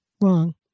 wrong